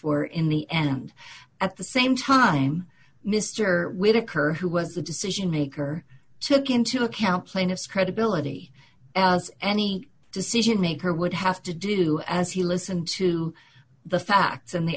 were in the end at the same time mister whitaker who was the decision maker took into account plaintiff's credibility as any decision maker would have to do as he listened to the facts and the